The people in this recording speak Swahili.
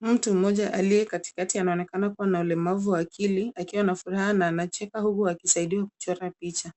Mtu mmoja aliye katikati anaonekana kua na ulemavu wa akili, akiwa na furaha na anacheka, huku akisaidiwa kuchora picha.